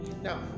Now